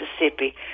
Mississippi